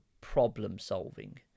problem-solving